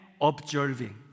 observing